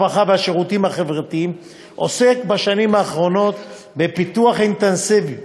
הרווחה והשירותים החברתיים עוסק בשנים האחרונות בפיתוח אינטנסיבי